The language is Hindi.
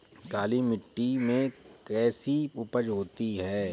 काली मिट्टी में कैसी उपज होती है?